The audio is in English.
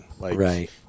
Right